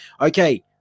Okay